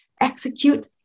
execute